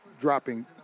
dropping